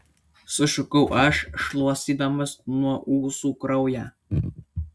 sušukau aš šluostydamas nuo ūsų kraują